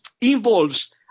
involves